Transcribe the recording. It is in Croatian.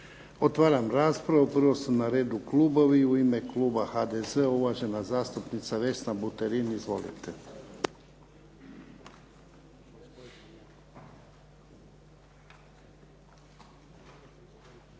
Otvaram raspravu. Prvo su na redu klubovi. U ime kluba HDZ-a uvažen zastupnica Vesna Buterin. Izvolite.